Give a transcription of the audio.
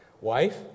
Wife